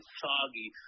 soggy